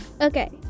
okay